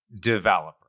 developer